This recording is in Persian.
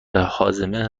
هاضمه